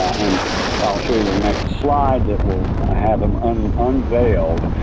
and i'll show you the next slide that will have them um unveiled.